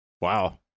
wow